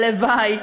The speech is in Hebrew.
הלוואי,